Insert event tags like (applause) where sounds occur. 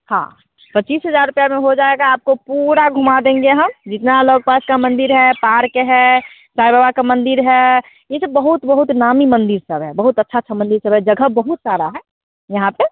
हॉं पच्चीस हज़ार रुपये में हो जाएगा आपको पूरा घुमा देंगे हम जितना आप पास के मंदिर हैँ पार्क है साई बाबा का मंदिर है ये सब बहुत बहुत नामी मंदिर सब है बहुत अच्छा (unintelligible) सब है जगह बहुत सारे हैँ